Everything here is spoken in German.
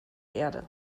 erde